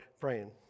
praying